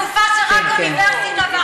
אתה רוצה להחזיר את זה לתקופה שרק אוניברסיטה,